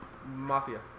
mafia